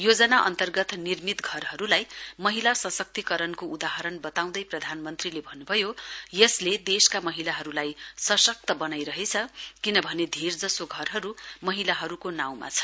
योजना अन्तर्गत निर्मित घरहरूलाई महिला सशक्तीकरणको उदाहरण बताउँदै प्रधानमन्त्रीले भन्नुभयो यसले देशका महिलाहरूलाई सशक्त बनाइरहेछ किनभने धेरजसो घरहरू महिलाहरूको नाउँमा छन्